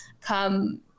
come